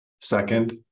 Second